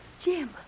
Jim